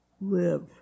live